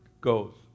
goes